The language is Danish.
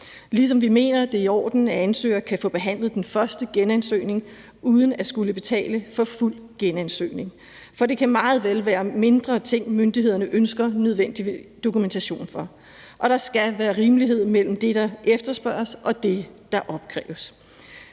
ligesom vi også mener, at det er i orden, at ansøgere kan få behandlet den første genansøgning uden at skulle betale for en fuld genansøgning. For det kan meget vel være mindre ting, myndighederne ønsker en nødvendig dokumentation for, og der skal være en rimelighed mellem det, der efterspørges, og det, der opkræves.